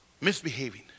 misbehaving